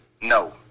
No